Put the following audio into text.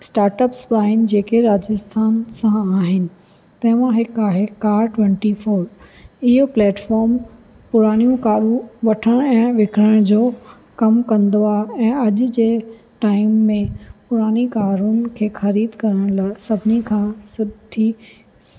startups आहिनि जेके राजस्थान सां आहिनि तंहिं मां हिकु आहे कार ट्वैंटी फोर इहो प्लेटफॉम पुराणियूं कारूं वठण ऐं विकिणण जो कमु कंदो आहे ऐं अॼु जे टाइम में पुराणी कारुनि खे ख़रीद करण लाइ सभिनी खां सुठी